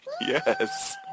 Yes